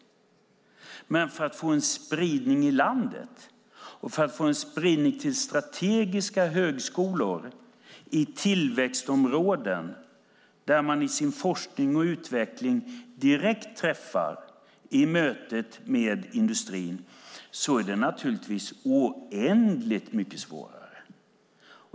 Men för att få en spridning i landet och en spridning till strategiska högskolor i tillväxtområden, och i sin forskning och utveckling få direkta träffar i mötet med industrin, då är det naturligtvis oändligt mycket svårare.